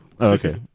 Okay